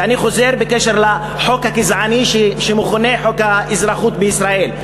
ואני חוזר לחוק הגזעני שמכונה חוק האזרחות בישראל,